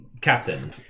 captain